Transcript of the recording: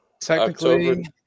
Technically